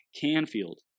Canfield